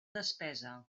despesa